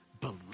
believe